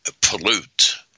pollute